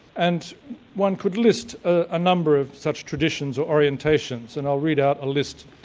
and one could list a number of such traditions or orientations, and i'll read out a list,